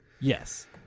Yes